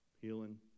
healing